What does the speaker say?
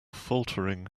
faltering